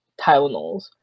Tylenols